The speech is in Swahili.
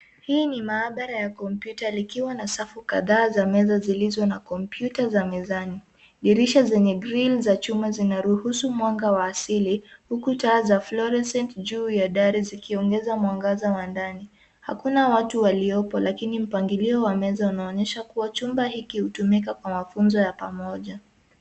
Hii ni maabara ya kompyuta likiwa na safu kadhaa za meza zilizo na kompyuta za mezani. Dirisha zenye grill za chuma zinaruhusu mwanga wa asili huku taa za fluorescent juu ya dari zikiongeza mwangaza wa ndani. Hakuna watu waliopo lakini mpangilio wa meza unaonyesha kuwa chumba hiki hutumika kwa mafunzo ya pamoja.